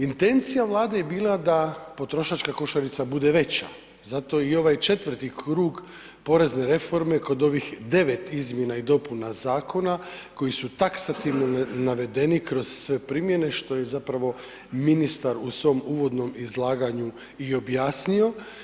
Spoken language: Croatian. Intencija Vlade je bila da potrošačka košarica bude veća, zato i ovaj četvrti krug porezne reforme kod ovih devet izmjena i dopuna zakona koji su taksativno navedeni kroz sve primjene što je zapravo ministar u svom uvodnom izlaganju i objasnio.